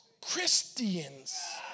Christians